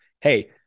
Hey